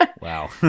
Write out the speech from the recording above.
Wow